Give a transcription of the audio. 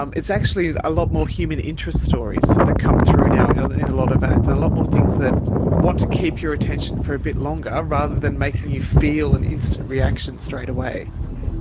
um it's actually a lot more human interest stories that come through now in a lot of ads. there are a lot more things that want to keep your attention for a bit longer, rather than making you feel an instant reaction straight away.